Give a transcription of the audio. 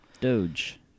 Doge